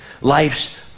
Life's